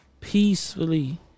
peacefully